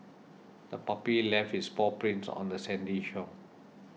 the puppy left its paw prints on the sandy shore